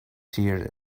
tears